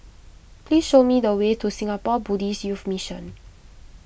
please show me the way to Singapore Buddhist Youth Mission